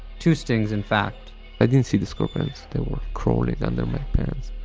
two stings in fact i didn't see the scorpions they were crawling under my pants.